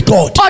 God